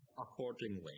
accordingly